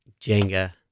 Jenga